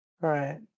Right